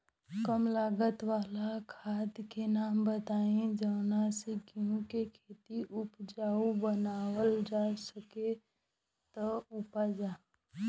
कम लागत वाला खाद के नाम बताई जवना से गेहूं के खेती उपजाऊ बनावल जा सके ती उपजा?